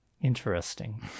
Interesting